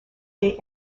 est